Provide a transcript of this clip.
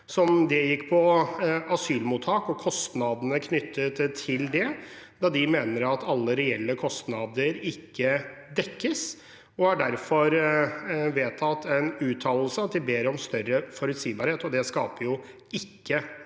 Det gikk på asylmottak og kostnadene knyttet til det. De mener at ikke alle reelle kostnader dekkes, og de har derfor vedtatt en uttalelse der de ber om større forutsigbarhet, og det skaper jo ikke dette.